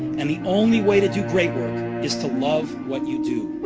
and the only way to do great work is to love what you do.